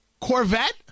Corvette